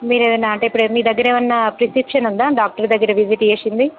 మీరు ఏమైనా అంటే ఇప్పుడు మీదగ్గర ఏమైనా ప్రిస్క్రిప్షన్ ఉందా డాక్టర్ దగ్గర విసిట్ చేసింది